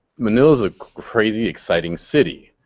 manila's a crazy exciting city.